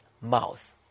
mouth